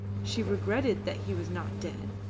she regretted that he was not dead.